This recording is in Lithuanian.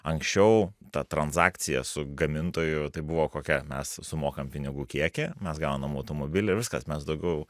anksčiau ta tranzakcija su gamintoju tai buvo kokia mes sumokam pinigų kiekį mes gaunam automobilį ir viskas mes daugiau